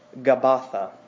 Gabatha